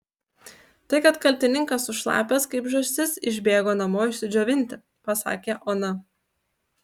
tai kad kaltininkas sušlapęs kaip žąsis išbėgo namo išsidžiovinti pasakė ona